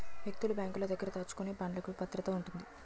వ్యక్తులు బ్యాంకుల దగ్గర దాచుకునే బాండ్లుకు భద్రత ఉంటుంది